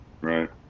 Right